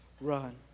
run